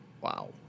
Wow